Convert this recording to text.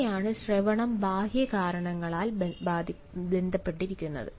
അങ്ങനെയാണ് ശ്രവണം ബാഹ്യ കാരണങ്ങളാൽ ബാധിക്കപ്പെടുന്നത്